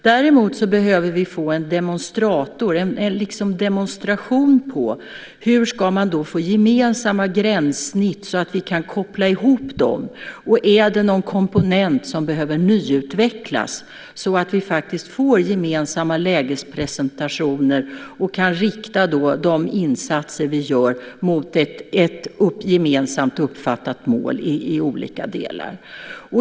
Däremot behöver vi få en demonstrator och en demonstration av hur man ska få gemensamma gränssnitt så att vi kan koppla ihop dem. Vi behöver också veta om det finns någon komponent som behöver nyutvecklas så att vi får gemensamma lägespresentationer och kan inrikta de insatser som vi gör mot ett gemensamt uppfattat mål i olika delar.